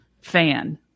fan